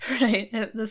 Right